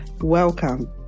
Welcome